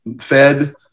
fed –